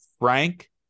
Frank